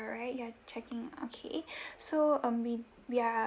alright you're checking okay so um we we're